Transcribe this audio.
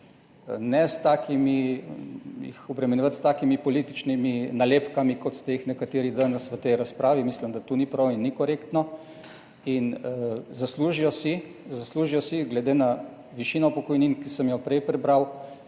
Ne jih obremenjevati s takimi političnimi nalepkami, kot ste jih nekateri danes v tej razpravi. Mislim, da to ni prav in ni korektno. In zaslužijo si, zaslužijo si glede na višino pokojnin, ki sem jo prej prebral,